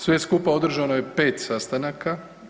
Sve skupa održano je 5 sastanaka.